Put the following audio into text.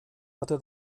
hatte